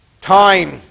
time